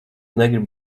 negribu